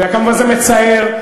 וכמובן זה מצער,